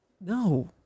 No